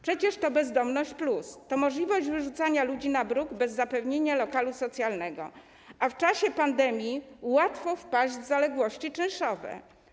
Przecież to bezdomność+, to możliwość wyrzucania ludzi na bruk bez zapewnienia lokalu socjalnego, a w czasie pandemii łatwo wpaść w zaległości czynszowe.